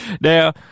Now